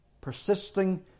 Persisting